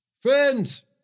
Friends